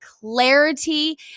clarity